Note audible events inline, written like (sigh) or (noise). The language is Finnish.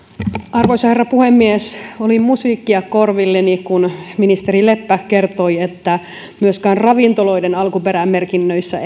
arvoisa herra puhemies oli musiikkia korvilleni kun ministeri leppä kertoi että myöskään ravintoloiden alkuperämerkinnöissä (unintelligible)